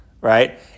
right